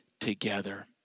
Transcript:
together